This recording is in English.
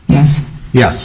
yes yes